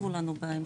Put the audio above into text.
תרחיבו לנו בהמשך,